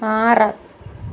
ആറ്